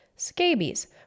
scabies